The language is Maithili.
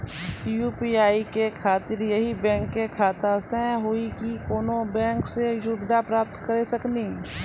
यु.पी.आई के खातिर यही बैंक के खाता से हुई की कोनो बैंक से सुविधा प्राप्त करऽ सकनी?